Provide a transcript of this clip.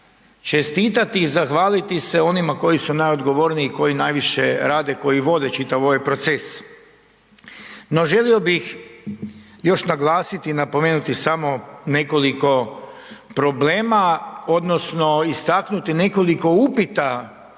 čestitati i zahvaliti se onima koji su najodgovorniji, koji najviše rade, koji vode čitav ovaj proces. No, želio bih još naglasiti i napomenuti samo nekoliko problema odnosno istaknuti nekoliko upita